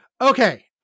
Okay